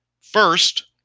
First